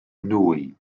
nwy